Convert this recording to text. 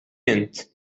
int